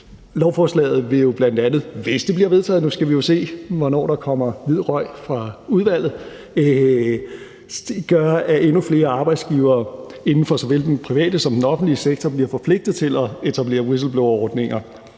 Lovforslaget vil jo bl.a. – hvis det bliver vedtaget, nu skal vi jo se, hvornår der kommer hvid røg fra udvalget – gøre, at endnu flere arbejdsgivere inden for såvel den private som den offentlige sektor bliver forpligtet til at etablere whistleblowerordninger,